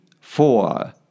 four